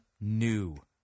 new